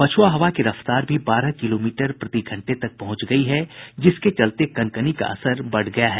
पछुआ हवा की रफ्तार भी बारह किलोमीटर प्रति घंटे तक पहुंच गयी है जिसके चलते कनकनी का असर बढ़ गया है